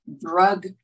drug